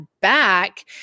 back